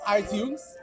iTunes